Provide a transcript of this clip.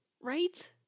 right